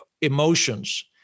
emotions